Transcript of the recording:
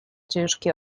ciężki